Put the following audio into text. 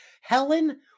Helen